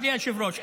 בלי היושב-ראש,